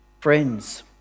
Friends